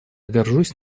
горжусь